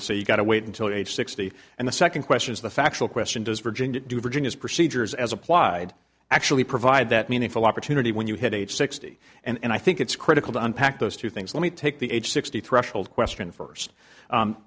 to say you got to wait until age sixty and the second question is the factual question does virginia do virginia's procedures as applied actually provide that meaningful opportunity when you hit age sixty and i think it's critical to unpack those two things let me take the age sixty threshold question first